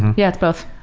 yeah it's both.